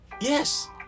Yes